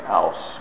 else